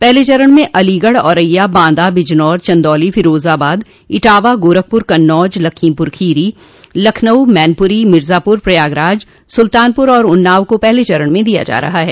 पहले चरण में अलीगढ़ औरैया बांदा बिजनौर चन्दौली फिरोजाबाद इटावा गोरखपुर कन्नौज लखीमपुर खीरी लखनऊ मैनपुरी मिर्जापुर प्रयागराज सुल्तानपुर और उन्नाव को पहले चरण में दिया जा रहा है